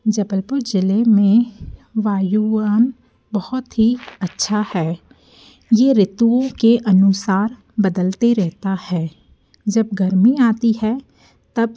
जबलपुर जिले में वायु वहन बहुत ही अच्छा है ये ऋतुओं के अनुसार बदलते रहता है जब गर्मी आती है तब